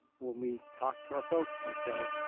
when we talk to our folks, we say,